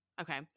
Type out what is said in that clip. Okay